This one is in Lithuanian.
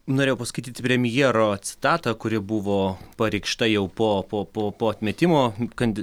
norėjau paskaityti premjero citatą kuri buvo pareikšta jau po po po po atmetimo kandi